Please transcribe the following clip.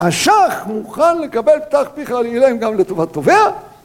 הש"ך מוכן לקבל פתח פיך לאילם גם לטובת תובע?